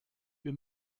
wir